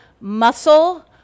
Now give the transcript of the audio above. muscle